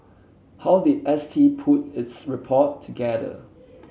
how did S T put its report together